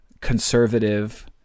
conservative